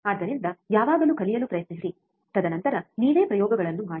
ಆದ್ದರಿಂದ ಯಾವಾಗಲೂ ಕಲಿಯಲು ಪ್ರಯತ್ನಿಸಿ ತದನಂತರ ನೀವೇ ಪ್ರಯೋಗಗಳನ್ನು ಮಾಡಿ